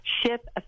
ship